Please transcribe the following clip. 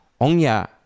ongya